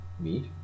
meat